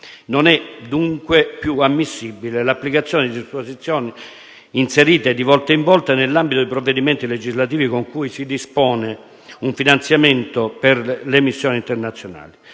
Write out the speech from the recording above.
Non è, dunque, più ammissibile l'applicazione di disposizioni inserite di volta in volta nell'ambito di provvedimenti legislativi con cui si dispone un finanziamento per le missioni internazionali.